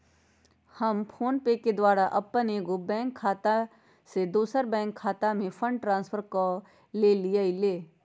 हम फोनपे के द्वारा अप्पन एगो बैंक खता से दोसर बैंक खता में फंड ट्रांसफर क लेइले